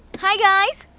hey guys!